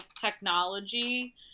technology